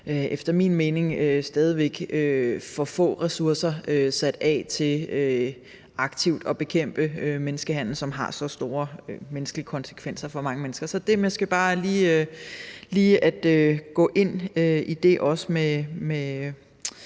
væk man kan sige der er for få ressourcer sat af til aktivt at bekæmpe menneskehandel, som har så store konsekvenser for mange mennesker. Så det er måske bare for lige at gå ind i det her med